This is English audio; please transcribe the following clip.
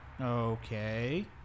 Okay